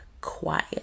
quiet